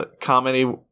comedy-